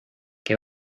que